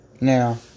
Now